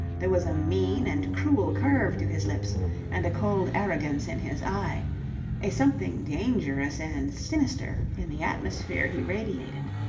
there was a mean and cruel curve to his lips and a cold arrogance in his eye a something dangerous and sinister in the atmosphere he radiated.